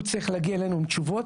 הוא צריך להגיע אלינו עם תשובות,